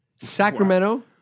Sacramento